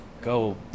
go